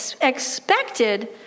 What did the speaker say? expected